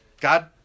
God